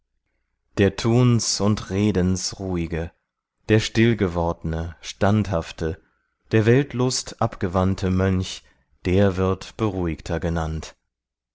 der tuns und redens ruhige der stillgewordne standhafte der weltlust abgewandte mönch der wird beruhigter genannt